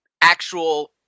actual